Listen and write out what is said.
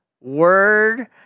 word